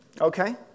Okay